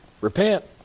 repent